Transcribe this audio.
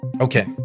Okay